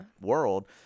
world